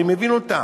אני מבין אותה.